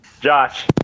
Josh